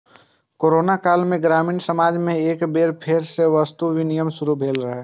corona काल मे ग्रामीण समाज मे एक बेर फेर सं वस्तु विनिमय शुरू भेल रहै